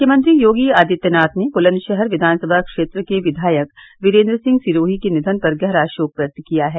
मुख्यमंत्री योगी आदित्यनाथ ने ब्लंदशहर किधान सभा क्षेत्र के विधायक वीरेंद्र सिंह सिरोही के निधन पर गहरा शोक व्यक्त किया है